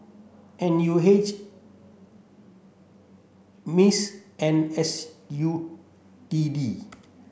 N U H MICE and S U T D